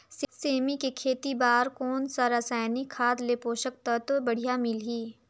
सेमी के खेती बार कोन सा रसायनिक खाद ले पोषक तत्व बढ़िया मिलही?